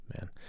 man